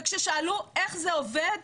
כששאלו איך זה עובד,